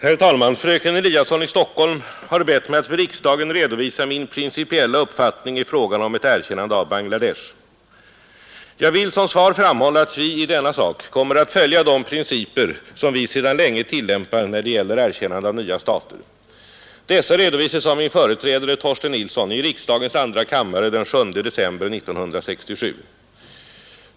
Herr talman! Fröken Eliasson har bett mig att för riksdagen redovisa min principiella uppfattning i frågan om ett erkännande av Bangladesh. Jag vill som svar framhålla att vi i denna sak kommer att följa de principer vi alltid tillämpar när det gäller erkännande av nya stater. Dessa redovisades av min företrädare, Torsten Nilsson, i riksdagens andra kammare den 7 december 1967.